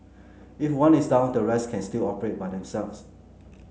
if one is down the rest can still operate by themselves